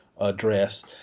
address